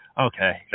okay